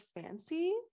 fancy